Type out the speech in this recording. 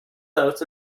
notes